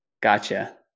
Gotcha